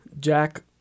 Jack